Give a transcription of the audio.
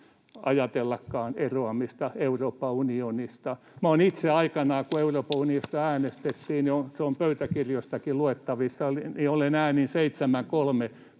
ajatellakaan eroamista Euroopan unionista. Minä itse aikanaan, kun Euroopan unionista äänestettiin — se on pöytäkirjoistakin luettavissa — olen äänin 7—3